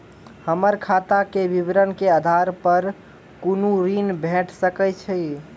हमर खाता के विवरण के आधार प कुनू ऋण भेट सकै छै की?